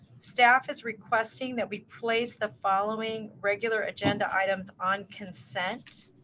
staff is requesting that we place the following regular agenda items on consent.